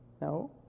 No